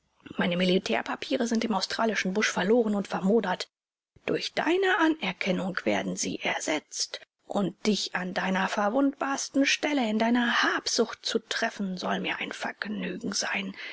meine militärpapiere sind im australischen busch verloren und vermodert durch deine anerkennung werden sie ersetzt und dich an deiner verwundbarsten stelle in deiner habsucht zu treffen soll mir ein vergnügen sein